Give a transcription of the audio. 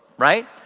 right?